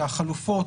החלופות,